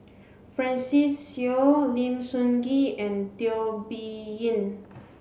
Francis Seow Lim Sun Gee and Teo Bee Yen